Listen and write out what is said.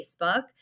Facebook